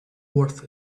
worth